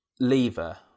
lever